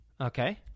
Okay